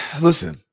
Listen